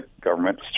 government